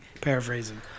paraphrasing